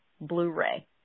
Blu-ray